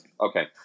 Okay